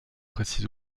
précise